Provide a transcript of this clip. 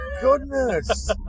goodness